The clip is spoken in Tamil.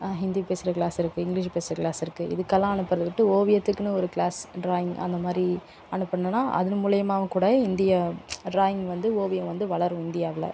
ஹிந்தி பேசுகிற கிளாஸ் இருக்குது இங்கிலிஷ் பேசுகிற கிளாஸ் இருக்குது இதுக்கெல்லாம் அனுப்புறத விட்டு ஓவியத்துக்குன்னு ஒரு கிளாஸ் ட்ராயிங் அந்தமாதிரி அனுப்புனோன்னா அதன் மூலிமாவும் கூட ஹிந்தியை ட்ராயிங் வந்து ஓவியம் வந்து வளரும் இந்தியாவில்